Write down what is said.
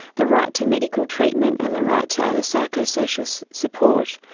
the right to medical treatment, and the right to other psychosocial support.